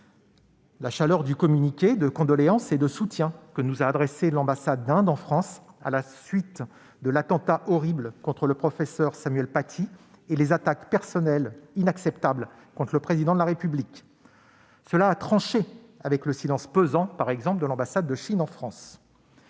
La chaleur du communiqué de condoléances et de soutien que nous a adressé l'ambassade d'Inde à la suite de l'attentat horrible contre le professeur Samuel Paty et des attaques personnelles inacceptables contre le Président de la République a tranché avec le silence pesant de l'ambassade de Chine. Compte